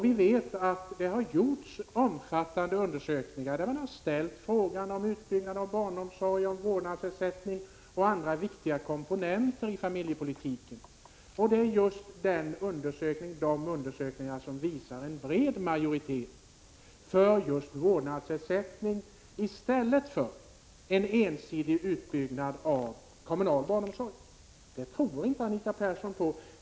Vi vet att det har gjorts omfattande undersökningar där man har ställt frågor om utbyggnad av barnomsorgen, om vårdnadsersättning och om andra viktiga komponenter i familjepolitiken. De undersökningarna visar att det finns en bred majoritet för just vårdnadsersättning i stället för en ensidig utbyggnad av kommunal barnomsorg. Det tror inte Anita Persson på.